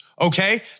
Okay